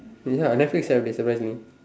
ya netflix have disable new